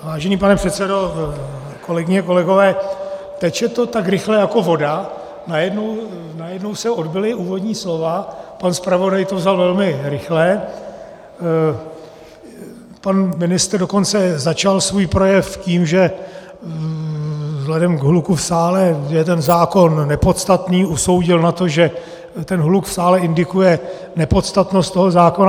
Vážený pane předsedo, kolegyně a kolegové, teče to tak rychle jako voda, najednou se odbyla úvodní slova, pan zpravodaj to vzal velmi rychle, pan ministr dokonce začal svůj projev tím, že vzhledem k hluku v sále je ten zákon nepodstatný, usoudil, že ten hluk v sále indikuje nepodstatnost toho zákona.